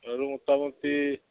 আৰু মোটামুটি